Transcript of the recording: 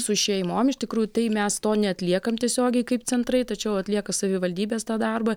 su šeimom iš tikrųjų tai mes to neatliekam tiesiogiai kaip centrai tačiau atlieka savivaldybės tą darbą